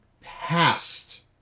past